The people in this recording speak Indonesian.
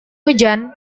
hujan